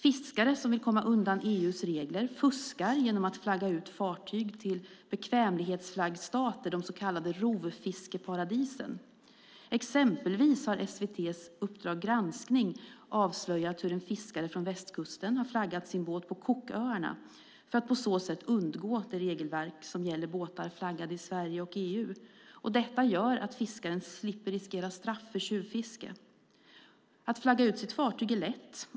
Fiskare som vill komma undan EU:s regler fuskar genom att flagga ut fartyg till bekvämlighetsflaggstater, de så kallade rovfiskeparadisen. Exempelvis har SVT:s Uppdrag granskning avslöjat hur en fiskare från västkusten har flaggat sin båt på Cooköarna för att på så sätt undgå det regelverk som gäller båtar flaggade i Sverige och i EU. Detta gör att fiskaren slipper riskera straff för tjuvfiske. Att flagga ut sitt fartyg är lätt.